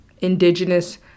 indigenous